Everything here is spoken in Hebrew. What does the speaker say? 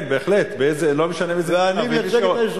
כן, בהחלט, לא משנה באיזה ממשלה.